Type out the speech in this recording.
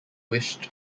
wished